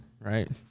right